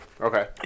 Okay